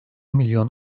milyon